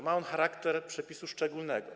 Ma on charakter przepisu szczególnego.